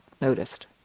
noticed